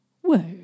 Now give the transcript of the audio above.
Whoa